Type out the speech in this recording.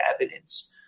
evidence